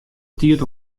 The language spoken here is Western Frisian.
tiid